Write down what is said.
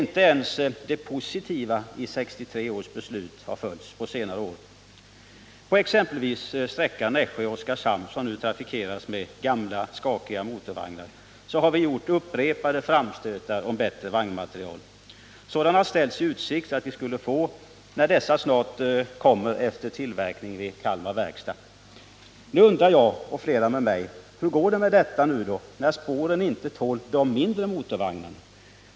Inte ens det positiva i 1963 års beslut har alltså iakttagits på senare år. Beträffande exempelvis sträckan Nässjö-Oskarshamn, som nu trafikeras med gamla skakiga motorvagnar, har vi gjort upprepade framstötar om bättre vagnmaterial. Det har också ställts i utsikt att vi skulle få sådana allteftersom dessa snart börjar levereras efter tillverkningen vid Kalmar Verkstad. Nu undrar jag och flera med mig: Hur går det med detta nu, när spåren inte ens tål de mindre motorvagnarna?